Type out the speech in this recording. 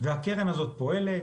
והקרן הזאת פועלת,